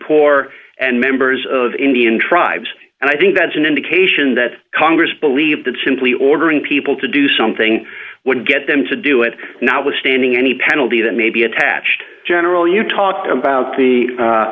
poor and members of indian tribes and i think that's an indication that congress believe that simply ordering people to do something would get them to do it notwithstanding any penalty that may be attached general you talk about the